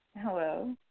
Hello